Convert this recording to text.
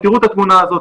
תראו את התמונה הזו,